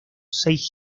seis